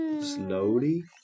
slowly